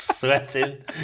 Sweating